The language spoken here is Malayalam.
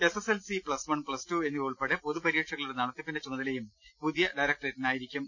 എസ്എസ്എൽസി പ്ലസ്വൺ പ്ലസ്ടു എന്നിവ ഉൾപ്പെടെ പൊതു പരീക്ഷകളുടെ നടത്തിപ്പിന്റെ ചുമതലയും പുതിയ ഡയറക്ടറേറ്റി നായിരിക്കും